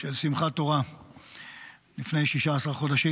של שמחת תורה לפני 16 חודשים.